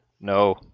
No